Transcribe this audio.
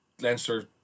Leinster